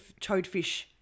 Toadfish